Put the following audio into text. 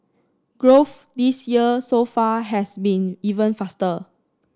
growth this year so far has been even faster